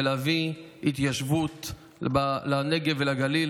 זה להביא התיישבות לנגב ולגליל,